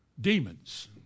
demons